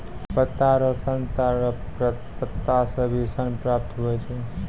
पत्ता रो सन ताड़ रो पत्ता से भी सन प्राप्त हुवै छै